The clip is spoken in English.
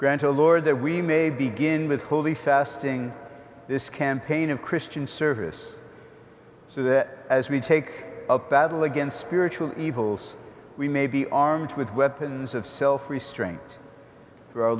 a lord that we may begin with holy fasting this campaign of christian service so that as we take up battle against spiritual evils we may be armed with weapons of self restraint